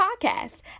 podcast